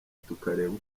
tukareba